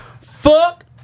Fuck